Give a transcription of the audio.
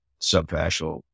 subfascial